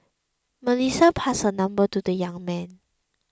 Melissa passed her number to the young man